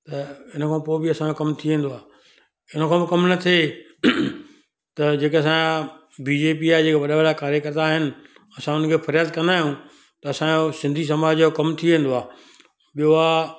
इन खां पोइ बि असांजो कमु थी वेंदो आहे हिनखां पोइ कमु न थिए त जेके असांजा बी जे पी जा वॾा वॾा कार्य कर्ता आहिनि असां हुनखे फ़रियाद कंदा आहियूं त असांजो सिंधी समाज जो कमु थी वेंदो आहे ॿियो आहे